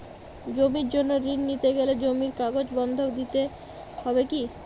জমির জন্য ঋন নিতে গেলে জমির কাগজ বন্ধক দিতে হবে কি?